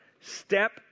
step